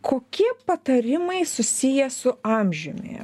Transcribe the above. kokie patarimai susiję su amžiumi